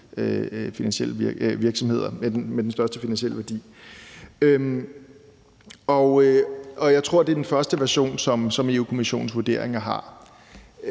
altså dem med den største finansielle værdi. Jeg tror, at det er den første version, som Europa-Kommissionens vurderinger har